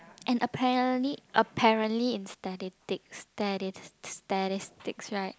and apparently apparently in statistics statis~ statistics right